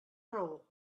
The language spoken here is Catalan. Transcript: raó